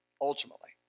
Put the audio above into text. ultimately